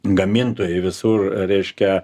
gamintojai visur reiškia